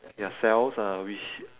their cells uh which